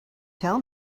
tell